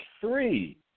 three